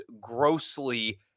grossly